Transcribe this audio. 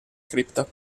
cripta